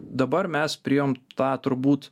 dabar mes priėjom tą turbūt